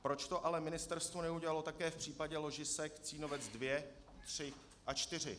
Proč to ale ministerstvo neudělalo také v případě ložisek Cínovec 2, 3 a 4?